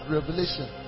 Revelation